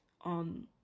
on